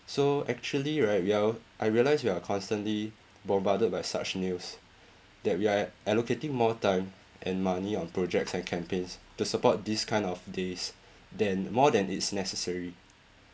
so actually right well I realise we are constantly bombarded by such news that we are allocating more time and money on projects and campaigns to support this kind of days than more than it's necessary